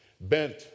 bent